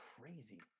crazy